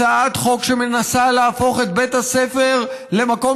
הצעת חוק שמנסה להפוך את בית הספר למקום